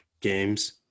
games